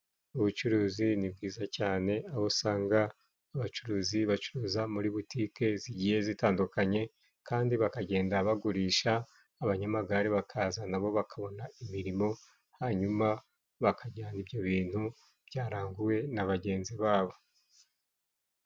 Ubucuruzi ni bwiza cyane, aho usanga abacuruzi bacuruza muri butike zigiye zitandukanye, kandi bakagenda bagurisha. Abanyamagare bakaza na bo bakabona imirimo, hanyuma bakajyana ibyo bintu byaranguwe na bagenzi babo.